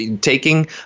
taking